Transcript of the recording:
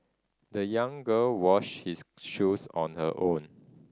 the young girl wash his shoes on her own